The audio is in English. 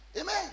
Amen